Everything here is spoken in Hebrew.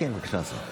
בבקשה, השר.